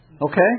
Okay